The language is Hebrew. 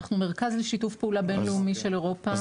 אנחנו מרכז לשיתוף בינלאומי של אירופה,